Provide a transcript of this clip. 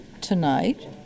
tonight